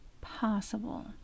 possible